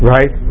Right